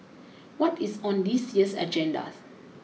what is on this year's agendas